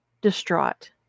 distraught